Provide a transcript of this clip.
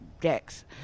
decks